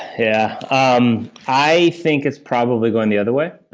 yeah. um i think it's probably going the other way,